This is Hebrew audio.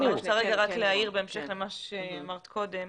אני רוצה להעיר בהמשך למה שאמרת קודם.